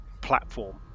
platform